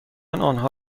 آنها